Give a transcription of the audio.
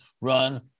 run